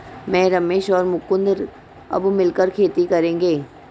मैं, रमेश और मुकुंद अब मिलकर खेती करेंगे